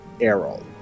Errol